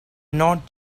not